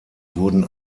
wurden